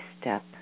step